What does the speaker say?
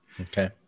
Okay